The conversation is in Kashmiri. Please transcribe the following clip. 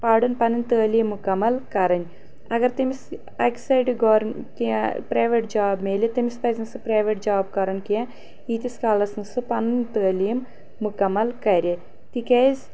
پرُن پنٕنۍ تعلیٖم مُکمل کرٕنۍ اگر تٔمِس اکہِ سایڈٕ گور کینٛہہ پریویٹ جاب ملہِ تٔمِس پزِ نہٕ سۄ پریویٹ جاب کرُن کینٛہہ یٖتِس کالس نہٕ سُہ پنٕنۍ تعلیٖم مُکمل کرِ تِکیٛازِ